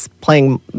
playing